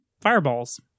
fireballs